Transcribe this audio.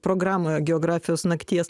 programų e geografijos nakties